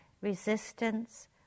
resistance